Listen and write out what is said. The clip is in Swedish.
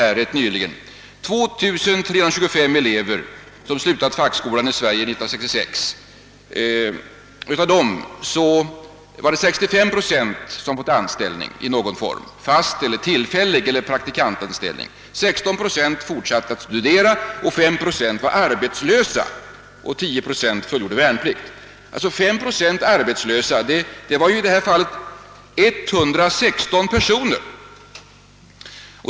Den visade att av 2325 elever som slutade fackskolan 1966 hade 65 procent fått anställning i någon form — fast eller tillfällig anställning eller praktikantanställning — 16 procent fortsatte att studera, 5 procent var arbetslösa och 10 procent fullgjorde värnplikt. 116 personer var alltså arbetslösa.